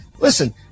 listen